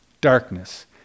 darkness